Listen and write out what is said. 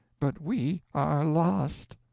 but we are lost.